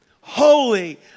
Holy